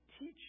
teach